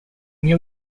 new